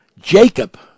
Jacob